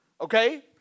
Okay